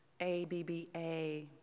A-B-B-A